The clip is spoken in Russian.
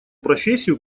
профессию